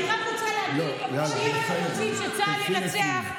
אני רק רוצה להגיד שאם אתם רוצים שצה"ל ינצח,